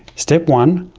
step one,